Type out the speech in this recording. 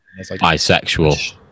bisexual